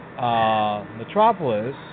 metropolis